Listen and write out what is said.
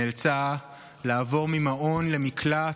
נאלצה לעבור ממעון למקלט,